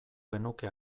genuke